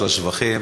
לשבחים.